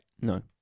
no